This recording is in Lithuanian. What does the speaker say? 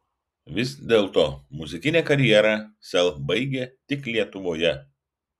vis dėlto muzikinę karjerą sel baigia tik lietuvoje